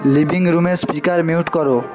living রুমের speaker mute করো